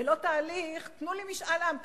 ולא תהליך: תנו לי משאל עם,